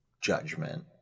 judgment